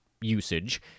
usage